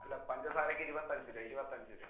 അല്ല പഞ്ചസാരക്ക് ഇരുപത്തഞ്ച് രൂപ ഇരുപത്തഞ്ച് രൂപ